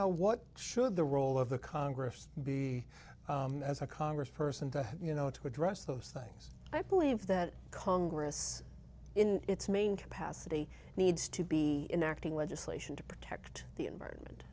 know what should the role of the congress be as a congress person you know to address those things i believe that congress in its main capacity needs to be enacting legislation to protect the environment